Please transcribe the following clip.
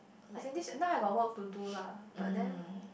isn't this now I got work to do lah but then